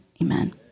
Amen